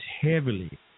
heavily